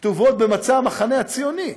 כתובות במצע המחנה הציוני,